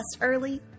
early